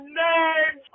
name